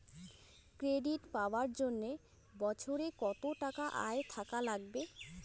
Credit পাবার জন্যে বছরে কত টাকা আয় থাকা লাগবে?